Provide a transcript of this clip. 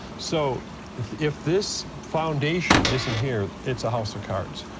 so if if this foundation isn't here, it's a house of cards.